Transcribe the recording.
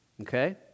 okay